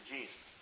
Jesus